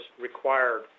required